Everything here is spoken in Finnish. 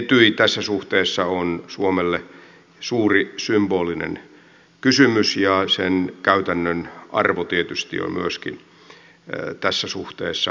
etyj tässä suhteessa on suomelle suuri symbolinen kysymys ja sen käytännön arvo tietysti on myöskin tässä suhteessa mittaamattoman keskeinen